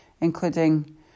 including